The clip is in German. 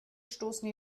stoßen